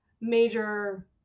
major